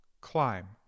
climb